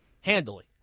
handily